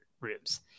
rooms